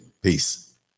Peace